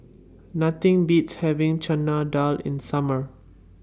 Nothing Beats having Chana Dal in Summer